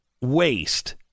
waste